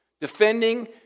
defending